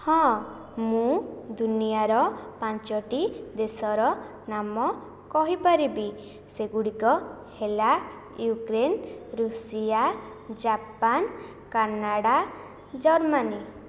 ହଁ ମୁଁ ଦୁନିଆର ପାଞ୍ଚଟି ଦେଶର ନାମ କହିପାରିବି ସେଗୁଡ଼ିକ ହେଲା Ukraine Russia Japan Canada Germany